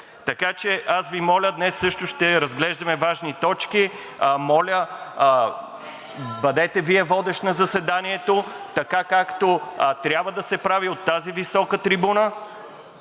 Така че аз Ви моля, днес също ще разглеждаме важни точки, моля, бъдете Вие водещ на заседанието, така както трябва да се прави от тази висока трибуна,